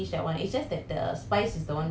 we have to tell the person man